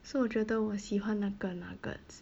so 我觉得我喜欢那个 nuggets